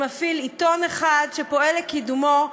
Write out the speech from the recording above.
שמפעיל עיתון אחד שפועל לקידומו,